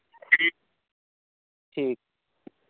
ठीक